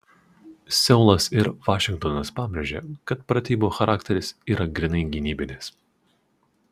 seulas ir vašingtonas pabrėžė kad pratybų charakteris yra grynai gynybinis